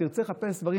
אם תרצה לחפש דברים,